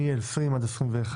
מ-20' עד 21',